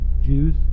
Jews